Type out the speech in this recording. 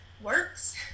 works